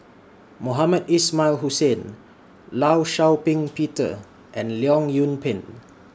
Mohamed Ismail Hussain law Shau Ping Peter and Leong Yoon Pin